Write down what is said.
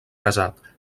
casat